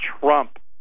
Trump